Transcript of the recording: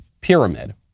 pyramid